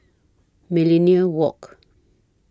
Millenia Walk